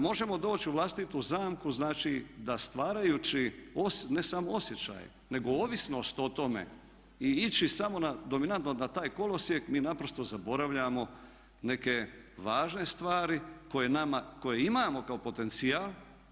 Možemo doći u vlastitu zamku, znači da stvarajući ne samo osjećaje nego ovisnost o tome i ići samo na dominantno na taj kolosijek mi naprosto zaboravljamo neke važne stvari koje nama, koje imamo kao potencijal.